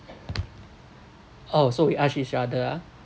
oh so we ask each other ah